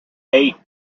eight